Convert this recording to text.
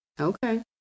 okay